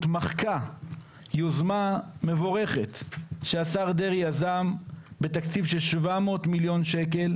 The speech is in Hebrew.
מחקה יוזמה מבורכת שהשר דרעי יזם בתקציב של 700 מיליון שקל,